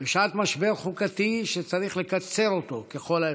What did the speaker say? בשעת משבר חוקתי שצריך לקצר אותו ככל האפשר.